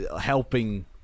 helping